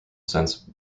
sense